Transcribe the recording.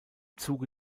zuge